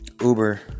Uber